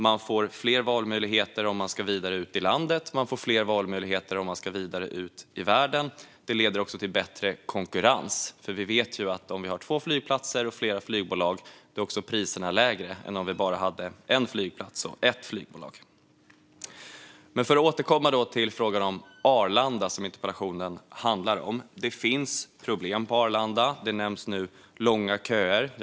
Man har fler valmöjligheter om man ska vidare ut i landet eller världen, och det leder också till ökad konkurrens. Vi vet ju att om vi har två flygplatser och flera flygbolag blir priserna lägre än om vi bara skulle ha en flygplats och ett flygbolag. Men för att återkomma till Arlanda, som interpellationen handlar om, finns det problem där. Långa köer nämns.